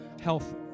health